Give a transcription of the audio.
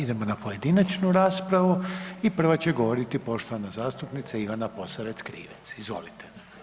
Sad idemo na pojedinačnu raspravu i prva će govoriti poštovana zastupnica Ivana Posavec Krivec, izvolite.